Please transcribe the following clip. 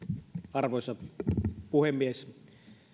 arvoisa puhemies